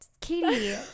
Katie